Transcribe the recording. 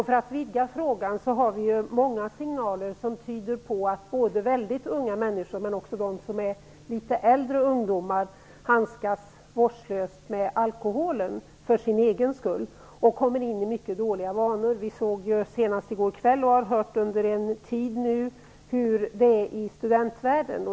För att vidga frågan har vi många signaler som tyder på att många väldigt unga människor men också litet äldre ungdomar handskas vårdslöst med alkoholen för sin egen del och kommer in i mycket dåliga vanor. Vi såg senast i går kväll och har hört under en tid hur det är i studentvärlden.